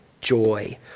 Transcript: joy